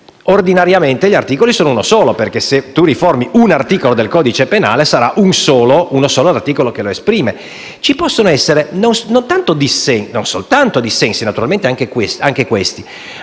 ordinariamente l'articolo è uno solo, perché se si riforma un articolo del codice penale, sarà uno solo l'articolo che lo esprime. Ci può quindi essere non soltanto dissenso, naturalmente anche questo,